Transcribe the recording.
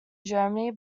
germany